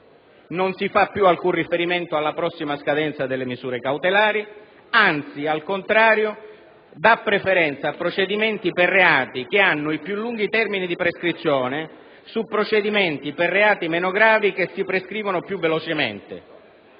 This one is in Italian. non si fa più alcun riferimento alla prossima scadenza delle misure cautelari, anzi, al contrario, dà preferenza a procedimenti per reati che hanno i più lunghi termini di prescrizione rispetto a procedimenti per reati meno gravi che si prescrivono più velocemente.